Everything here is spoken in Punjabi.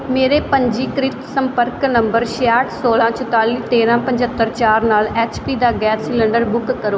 ਮੇਰੇ ਪੰਜੀਕ੍ਰਿਤ ਸੰਪਰਕ ਨੰਬਰ ਛੇਆਹਠ ਸੋਲ੍ਹਾਂ ਚੁਤਾਲੀ ਤੇਰ੍ਹਾਂ ਪੰਝੱਤਰ ਚਾਰ ਨਾਲ ਐੱਚ ਪੀ ਦਾ ਗੈਸ ਸਿਲੰਡਰ ਬੁੱਕ ਕਰੋ